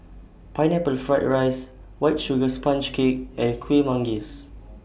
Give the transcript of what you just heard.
Pineapple Fried Rice White Sugar Sponge Cake and Kuih Manggis